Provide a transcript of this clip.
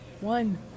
One